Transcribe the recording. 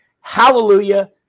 hallelujah